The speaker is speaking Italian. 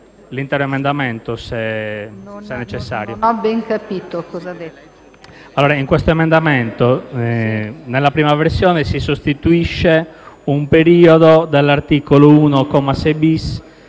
l'intero emendamento, se necessario.